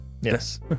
Yes